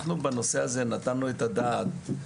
אנחנו בנושא הזה נתנו את הדעת,